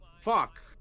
Fuck